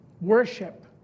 worship